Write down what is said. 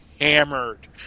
hammered